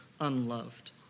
unloved